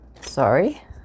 Sorry